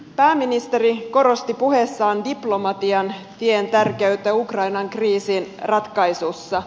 pääministeri korosti puheessaan diplomatian tien tärkeyttä ukrainan kriisin ratkaisussa